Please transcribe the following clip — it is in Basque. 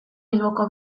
bilboko